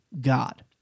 God